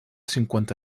cinquanta